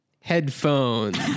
headphones